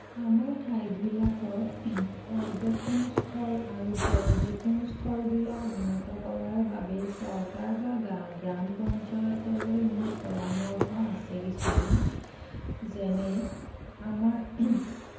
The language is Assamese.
আমাৰ ঠাইবিলাকত পৰ্যটনস্থল আৰু পৰ্যটনস্থলবিলাক উন্নত কৰাৰ বাবেই চৰকাৰ বা গ্ৰান গ্ৰাম পঞ্চায়তলৈ মোৰ পৰামৰ্শ আছে কিছুমান যেনে আমাৰ